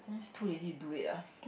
just too lazy to do it ah